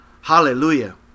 Hallelujah